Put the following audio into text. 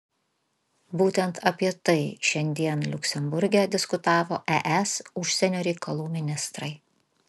būtent apie tai šiandien liuksemburge diskutavo es užsienio reikalų ministrai